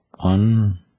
one